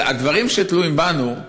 אבל הדברים שתלויים בנו,